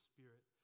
Spirit